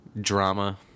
drama